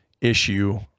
issue